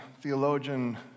theologian